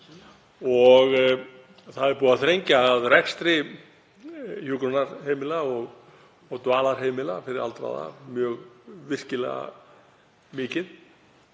og það er búið að þrengja að rekstri hjúkrunarheimila og dvalarheimila fyrir aldraða virkilega mikið